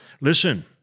Listen